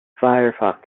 firefox